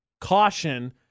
Caution